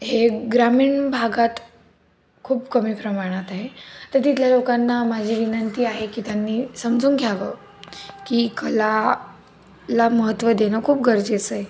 हे ग्रामीण भागात खूप कमी प्रमाणात आहे तर तिथल्या लोकांना माझी विनंती आहे की त्यांनी समजून घ्यावं की कला ला महत्त्व देणं खूप गरजेचं आहे